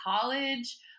college